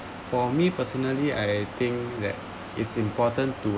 for me personally I think that it's important to